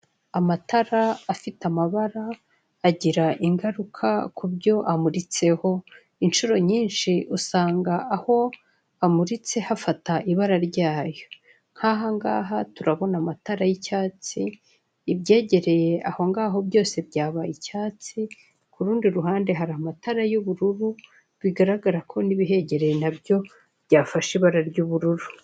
Amatara afite amabara agira ingaruka kubyo amuritseho , inshuro nyinshi usanga aho amuritse hafata ibara ryayo , nkaha ngaha turabona amatara y'icyatsi ibyegere aho ngaho byose byabaye icyatsi ku rundi ruhande hari amatara y'ububuru bigaragara ko n'ibihegere nabyo byafashe ibara ry'ubururu.